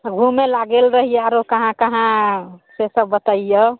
घूमे लए गेल रही आरो कहाँ कहाँ से तऽ बतैयौ